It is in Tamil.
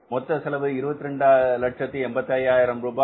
மொத்த செலவு 2285000 ரூபாய்